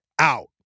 out